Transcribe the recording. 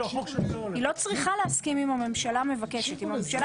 היא לא צריכה להסכים אם הממשלה מבקשת.